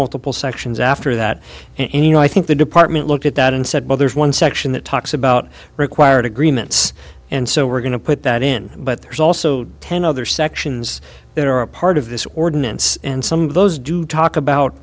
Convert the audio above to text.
multiple sections after that and you know i think the department looked at that and said well there's one section that talks about required agreements and so we're going to put that in but there's also ten other sections that are part of this ordinance and some of those do talk about